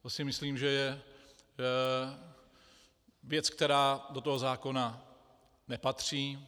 To si myslím, že je věc, která do toho zákona nepatří.